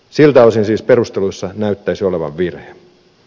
siltä osin siis perusteluissa näyttäisi olevan virhe